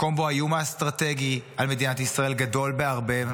מקום שבו האיום האסטרטגי על מדינת ישראל גדול בהרבה,